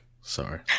Sorry